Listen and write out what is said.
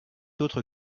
autre